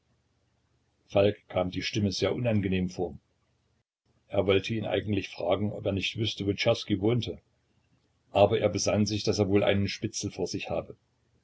falk kam die stimme sehr unangenehm vor er wollte ihn eigentlich fragen ob er nicht wüßte wo czerski wohnte aber er besann sich daß er wohl einen spitzel vor sich habe